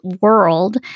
world